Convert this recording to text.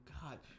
God